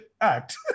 act